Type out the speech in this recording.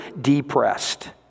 depressed